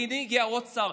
והינה הגיע עוד שר,